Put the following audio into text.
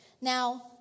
Now